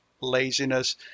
laziness